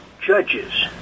judges